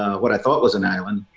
what i thought was an island.